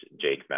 Jake